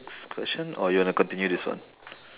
next question or you want to continue this one